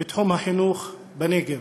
בתחום החינוך בנגב.